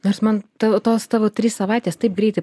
nors man tavo tos tavo trys savaitės taip greitai